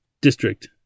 District